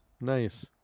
Nice